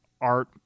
art